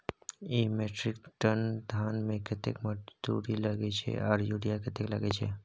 एक metric ton धान में कतेक मजदूरी लागे छै आर यूरिया कतेक लागे छै?